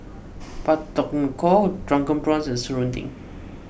Pak Thong Ko Drunken Prawns and Serunding